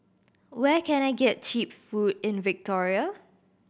where can I get cheap food in Victoria